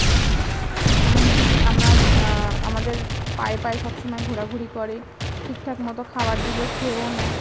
এমনকি আমরা আমাদের পায়ে পায়ে সব সময় ঘোরাঘুরি করে ঠিকঠাক মতো খাবার দিলে খেয়েও নেয়